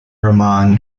rahman